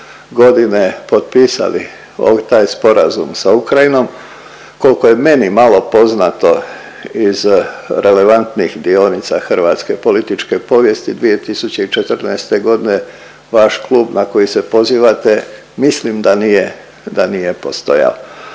2014.g. potpisali taj sporazum sa Ukrajinom. Kolko je meni malo poznato iz relevantnih dionica hrvatske političke povijesti 2014.g. vaš klub na koji se pozivate mislim da nije, da